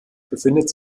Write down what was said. befindet